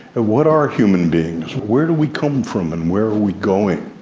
ah what are human beings? where do we come from and where are we going?